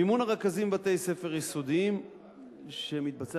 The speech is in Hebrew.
מימון הרכזים בבתי-ספר יסודיים מתבצע